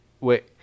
Wait